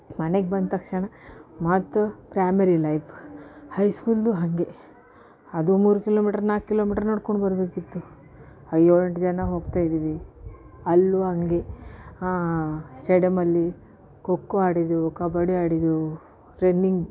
ಮನೆಗೆ ಬಂದ ತಕ್ಷಣ ಪ್ರಾಯ್ಮರಿ ಲೈಫ್ ಹೈಸ್ಕೂಲ್ಲು ಹಾಗೆ ಅದು ಮೂರು ಕಿಲೋಮೀಟ್ರ್ ನಾಲ್ಕು ಕಿಲೋಮೀಟ್ರ್ ನಡ್ಕೊಂಡು ಬರಬೇಕಿತ್ತು ಏಳೆಂಟು ಜನ ಹೋಗ್ತಿದ್ವಿ ಅಲ್ಲೂ ಹಾಗೆ ಸ್ಟೇಡಮಲ್ಲಿ ಖೋಖೋ ಆಡಿದ್ದೆವು ಕಬಡ್ಡಿ ಆಡಿದ್ದೆವು ರನ್ನಿಂಗ್